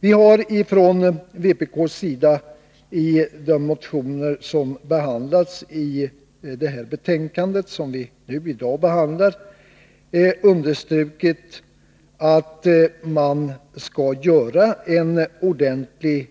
Vi har från vpk:s sida i de motioner som tas uppi detta betänkande och som vi nu behandlar, understrukit att man skall göra en ordentlig